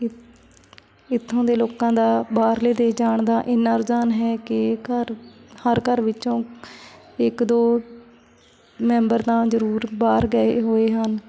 ਇ ਇੱਥੋਂ ਦੇ ਲੋਕਾਂ ਦਾ ਬਾਹਰਲੇ ਦੇਸ਼ ਜਾਣ ਦਾ ਇੰਨਾ ਰੁਝਾਨ ਹੈ ਕਿ ਘਰ ਹਰ ਘਰ ਵਿੱਚੋਂ ਇੱਕ ਦੋ ਮੈਂਬਰ ਤਾਂ ਜ਼ਰੂਰ ਬਾਹਰ ਗਏ ਹੋਏ ਹਨ